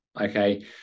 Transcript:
okay